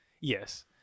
yes